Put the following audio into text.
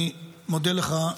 אני מודה לך,